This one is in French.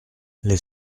les